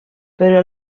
però